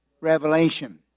Revelation